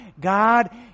God